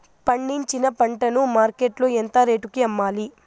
పండించిన పంట ను మార్కెట్ లో ఎంత రేటుకి అమ్మాలి?